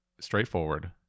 straightforward